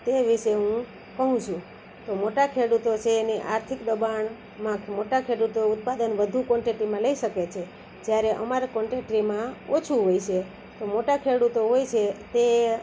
તે વિશે હું કહું છું તો મોટા ખેડૂતો છે એની આર્થિક દબાણમાં મોટા ખેડૂતો ઉત્પાદન વધુ કોન્ટેટીમાં લઇ શકે છે જ્યારે અમારે કોન્ટેટીમાં ઓછું હોય છે તો મોટા ખેડૂતો હોય છે તે